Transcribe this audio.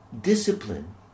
discipline